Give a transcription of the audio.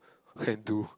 hairdo